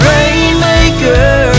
Rainmaker